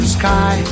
sky